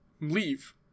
leave